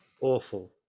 Awful